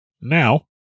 Now